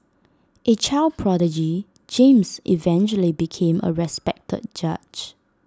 A child prodigy James eventually became A respected judge